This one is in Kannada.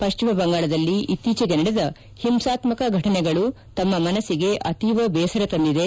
ಪಶ್ಚಿಮ ಬಂಗಾಳದಲ್ಲಿ ಇತ್ತೀಚೆಗೆ ನಡೆದ ಹಿಂಸಾತ್ತಕ ಘಟನೆಗಳು ತಮ್ಮ ಮನ್ನುಗೆ ಅತೀವ ಬೇಸರ ತಂದಿದೆ